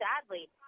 sadly